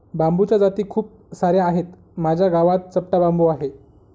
बांबूच्या जाती खूप सार्या आहेत, माझ्या गावात चपटा बांबू आहे